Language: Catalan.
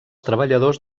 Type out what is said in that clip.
treballadors